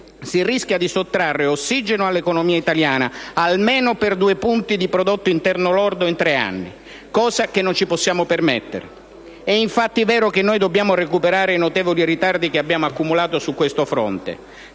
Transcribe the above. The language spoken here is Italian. si rischia di sottrarre ossigeno all'economia italiana almeno per 2 punti di prodotto interno lordo in tre anni; cosa che non ci possiamo permettere. È infatti vero che dobbiamo recuperare i notevoli ritardi che abbiamo accumulato su questo fronte: